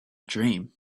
dream